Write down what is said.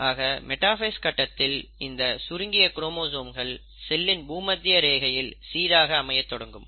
ஆக மெடாஃபேஸ் கட்டத்தில் இந்த சுருங்கிய குரோமோசோம்கள் செல்லின் பூமத்திய ரேகையில் சீராக அமைய தொடங்கும்